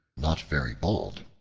not very bold,